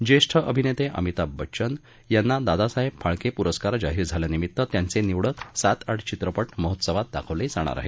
ज्येष्ठ अभिनेते अमिताभ बच्चन यांना दादासाहेब फाळके पुरस्कार जाहीर झाल्यानिमित्त त्यांचे निवडक सात आठ चित्रपट महोत्सवात दाखवले जाणार आहेत